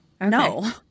No